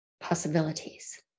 possibilities